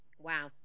wow